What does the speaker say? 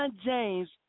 James